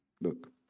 look